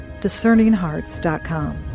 discerninghearts.com